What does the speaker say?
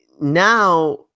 now